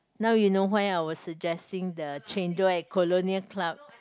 now you know why I was suggesting the chendol at Colonial Club